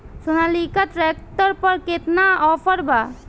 Sonalika tractor पर केतना offer बा?